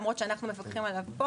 למרות שאנחנו מפקחים עליו פה